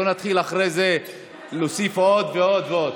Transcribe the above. לא נתחיל אחרי זה להוסיף עוד ועוד ועוד.